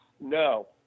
no